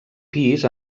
pis